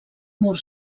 murs